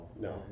no